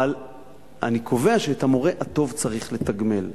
אבל אני קובע שאת המורה הטוב צריך לתגמל.